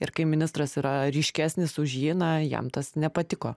ir kai ministras yra ryškesnis už jį na jam tas nepatiko